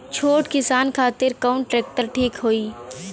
छोट किसान खातिर कवन ट्रेक्टर ठीक होई?